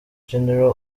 general